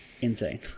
insane